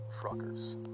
truckers